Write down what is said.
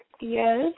Yes